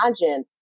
imagine